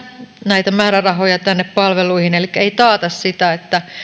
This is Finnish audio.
näitä määrärahoja tänne palveluihin elikkä ei taata sitä että